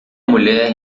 mulher